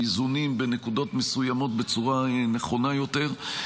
לאיזונים בנקודות מסוימות בצורה נכונה יותר.